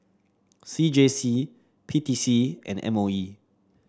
C J C P T C and M O E